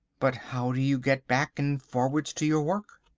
but how do you get back and forwards to your work?